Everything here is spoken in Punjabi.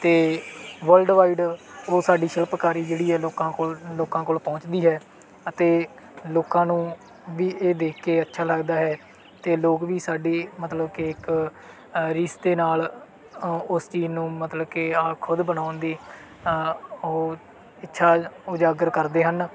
ਅਤੇ ਵਰਲਡਵਾਈਡ ਉਹ ਸਾਡੀ ਸ਼ਿਲਪਕਾਰੀ ਜਿਹੜੀ ਹੈ ਲੋਕਾਂ ਕੋਲ ਲੋਕਾਂ ਕੋਲ ਪਹੁੰਚਦੀ ਹੈ ਅਤੇ ਲੋਕਾਂ ਨੂੰ ਵੀ ਇਹ ਦੇਖ ਕੇ ਅੱਛਾ ਲੱਗਦਾ ਹੈ ਅਤੇ ਲੋਕ ਵੀ ਸਾਡੀ ਮਤਲਬ ਕਿ ਇੱਕ ਰੀਸ ਦੇ ਨਾਲ ਉਸ ਚੀਜ਼ ਨੂੰ ਮਤਲਬ ਕਿ ਆਹ ਖੁਦ ਬਣਾਉਣ ਦੀ ਉਹ ਇੱਛਾ ਉਜਾਗਰ ਕਰਦੇ ਹਨ